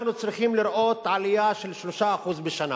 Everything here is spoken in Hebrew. אנחנו צריכים לראות עלייה של 3% בשנה